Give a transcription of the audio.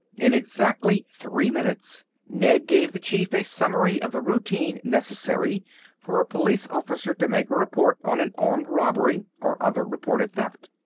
in exactly three minutes ned gave the chief a summary of the routine necessary for a police officer to make a report on an armed robbery or other reported theft.